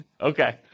Okay